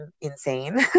insane